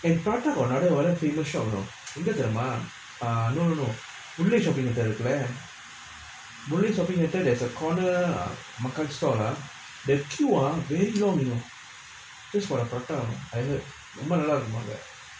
in front of another other famous shop you know எங்க தெரியுமா:enga teriyumaa err no no no Mullai shopping centre இருக்குல:irukkula Mullai shopping there is a corner makan store ah their queue ah very long you know just for the prata you know I heard ரொம்ப நல்லா இருக்குமா அங்க:romba nallaa irukkumaa angga